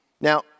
Now